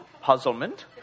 puzzlement